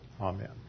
Amen